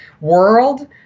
world